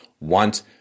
want